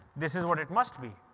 this is what it must be.